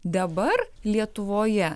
dabar lietuvoje